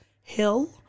Hill